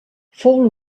fou